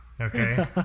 Okay